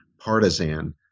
partisan